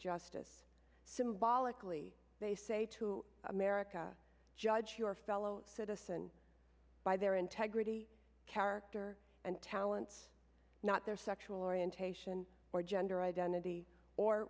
justice symbolically they say to america judge your fellow citizen by their integrity character and talents not their sexual orientation or gender identity or